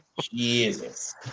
Jesus